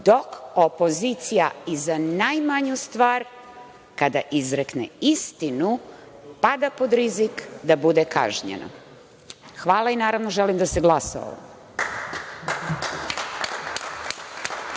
dok opozicija i za najmanju stvar, kada izrekne istinu, pada pod rizik da bude kažnjena. Hvala i naravno želim da se glasa o